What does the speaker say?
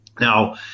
Now